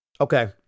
Okay